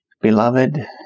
Beloved